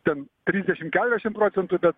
ten trisdešim keturiasdešim procentų per